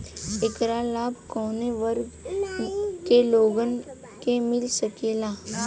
ऐकर लाभ काउने वर्ग के लोगन के मिल सकेला?